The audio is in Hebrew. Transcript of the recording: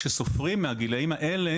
כשסופרים מהגילאים האלה,